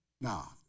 Now